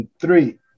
three